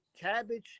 Cabbage